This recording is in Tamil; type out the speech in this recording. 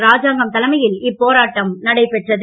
ராஜாங்கம் தலைமையில் இப்போராட்டம் நடைபெற்றது